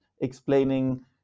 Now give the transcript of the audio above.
explaining